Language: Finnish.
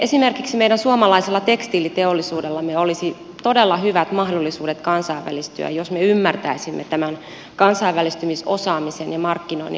esimerkiksi meidän suomalaisella tekstiiliteollisuudellamme olisi todella hyvät mahdollisuudet kansainvälistyä jos me ymmärtäisimme tämän kansainvälistymisosaamisen ja markkinoinnin arvon